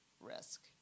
risk